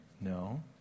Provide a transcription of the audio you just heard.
No